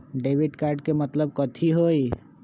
Debit card के मतलब कथी होई?